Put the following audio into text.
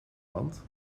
land